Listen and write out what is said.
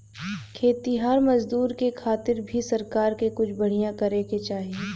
खेतिहर मजदूर के खातिर भी सरकार के कुछ बढ़िया करे के चाही